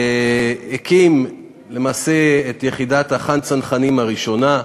והקים למעשה את יחידת החה"ן צנחנים הראשונה,